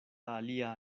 alia